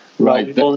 Right